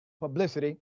publicity